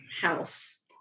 house